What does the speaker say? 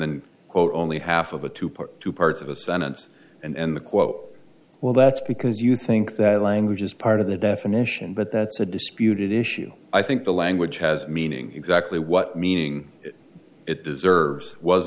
then quote only half of a two part two parts of a sentence and the quote well that's because you think that language is part of the definition but that's a disputed issue i think the language has meaning exactly what meaning it deserves was